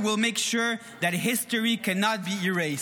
we will make sure that history cannot be erased.